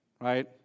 right